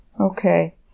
Okay